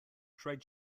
trade